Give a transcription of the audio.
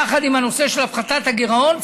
יחד עם הנושא של הפחתת הגירעון,